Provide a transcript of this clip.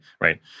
right